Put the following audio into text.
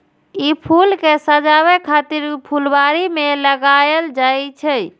ई फूल कें सजाबै खातिर फुलबाड़ी मे लगाएल जाइ छै